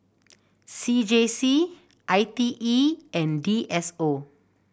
C J C I T E and D S O